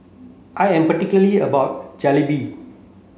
I am particular about Jalebi